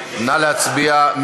נא להצביע.